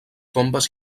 tombes